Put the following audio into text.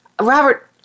Robert